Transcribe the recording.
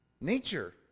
nature